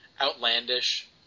outlandish